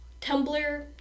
Tumblr